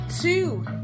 two